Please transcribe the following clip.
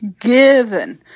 given